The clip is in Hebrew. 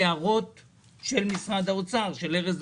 לאחרונה התחברו חרדות סביב האידיאולוגיה שלו ושל כת עדי השם.